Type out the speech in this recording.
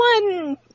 one